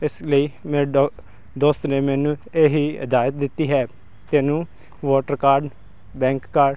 ਇਸ ਲਈ ਮੇਰੇ ਦੋ ਦੋਸਤ ਨੇ ਮੈਨੂੰ ਇਹੀ ਹਦਾਇਤ ਦਿੱਤੀ ਹੈ ਤੈਨੂੰ ਵੋਟਰ ਕਾਰਡ ਬੈਂਕ ਕਾਰਡ